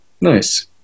Nice